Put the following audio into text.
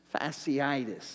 fasciitis